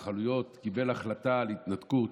ההתנחלויות, קיבל החלטה על התנתקות.